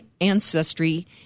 ancestry